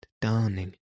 darning